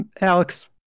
Alex